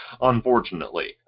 unfortunately